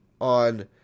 on